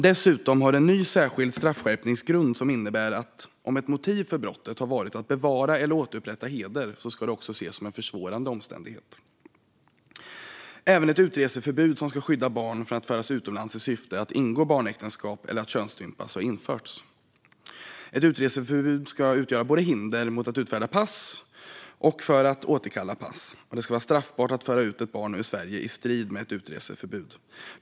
Dessutom har en ny särskild straffskärpningsgrund införts som innebär att om ett motiv för brottet har varit att bevara eller återupprätta heder ska det ses som en försvårande omständighet vid bedömningen av straffvärdet. Även ett utreseförbud som ska skydda barn från att föras utomlands i syfte att ingå barnäktenskap eller att könsstympas har införts. Ett utreseförbud ska kunna utgöra både hinder mot att utfärda pass och skäl för att återkalla pass. Det ska vara straffbart att föra ut ett barn ur Sverige i strid med ett utreseförbud.